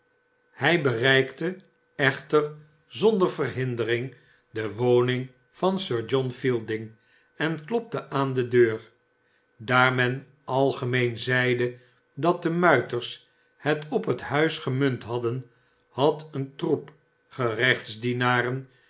het bereikte echter zonder verhindering de woning van sir john fiejding en klopte aan de deur daar men algemeen zeide dat de muiters het op het huis gemunt hadden had een trcep